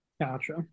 gotcha